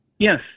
Yes